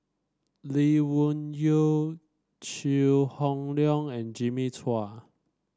Lee Wung Yew Chew Hock Leong and Jimmy Chua